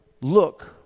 look